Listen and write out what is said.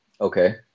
okay